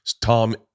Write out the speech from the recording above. Tom